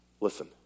listen